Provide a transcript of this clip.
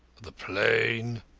the plain,